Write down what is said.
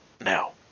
now